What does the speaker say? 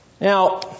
Now